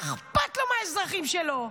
מה אכפת לו מהאזרחים שלו.